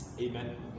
Amen